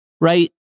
right